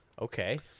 Okay